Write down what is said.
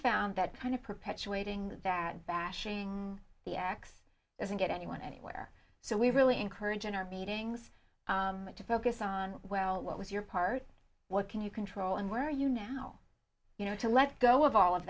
found that kind of perpetuating that bashing the x doesn't get anyone anywhere so we really encourage in our meetings to focus on well what was your part what can you control and where are you now you know to let go of all of